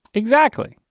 exactly.